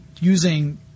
using